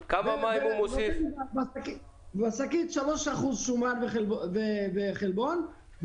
ונותן בשקית 3% שומן וחלבון,